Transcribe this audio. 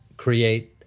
Create